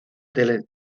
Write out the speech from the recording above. del